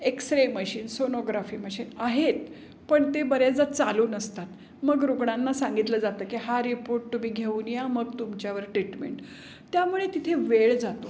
x ray machine sonography machine आहेत पण ते बऱ्याचदा चालू नसतात मग रुग्णांना सांगितलं जातं की हा रिपोर्ट तुम्ही घेऊन या मग तुमच्यावर ट्रीटमेंट त्यामुळे तिथे वेळ जातो